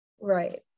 Right